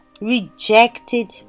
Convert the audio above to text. rejected